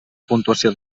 puntuació